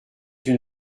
une